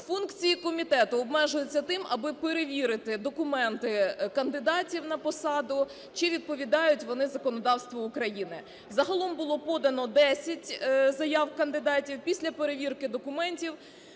Функції комітету обмежуються тим, аби перевірити документи кандидатів на посаду, чи відповідають вони законодавству України. Загалом було подано 10 заяв кандидатів. Після перевірки документів